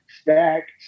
Stack